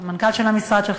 את המנכ"ל של משרדך,